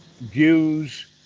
views